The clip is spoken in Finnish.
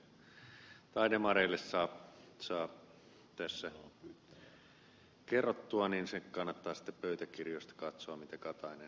skinnarille tai demareille saa tässä kerrottua niin kannattaa sitten pöytäkirjoista katsoa mitä katainen todella kertoi